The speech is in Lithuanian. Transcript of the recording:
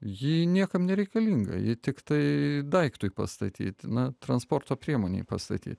ji niekam nereikalinga ji tiktai daiktui pastatyt na transporto priemonei pastatyt